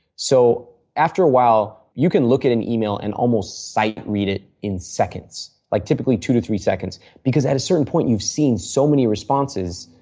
so, after a while you can look at an email and almost site read it in seconds, like typically two to three seconds because at a certain point you've seen so many responses,